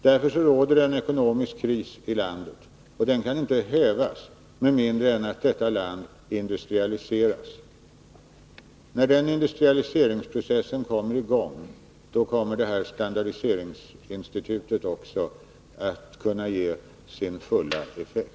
Således råder en ekonomisk kris i landet, och den kan inte hävas med mindre än att landet industrialiseras. När den industrialiseringsprocessen kommer i gång, kommer standardiseringsinstitutet också att ge full effekt.